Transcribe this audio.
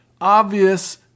obvious